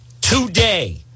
today